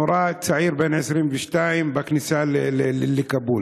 נורה צעיר בן 22 בכניסה לכאבול.